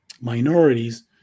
minorities